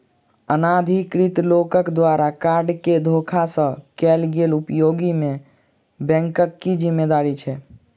अनाधिकृत लोकक द्वारा कार्ड केँ धोखा सँ कैल गेल उपयोग मे बैंकक की जिम्मेवारी छैक?